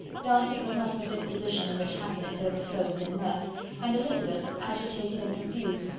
darcy was not of a disposition in which happiness overflows in mirth and elizabeth, agitated and confused,